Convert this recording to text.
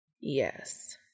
Yes